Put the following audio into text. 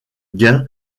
gain